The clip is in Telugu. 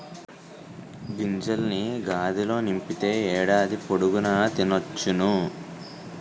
గింజల్ని గాదిలో నింపితే ఏడాది పొడుగు తినొచ్చును